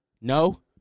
No